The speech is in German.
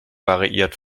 variiert